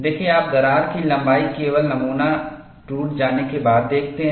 देखें आप दरार की लंबाई केवल नमूना टूट जाने के बाद देखते हैं